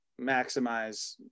maximize